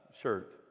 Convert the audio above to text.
shirt